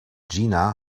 gina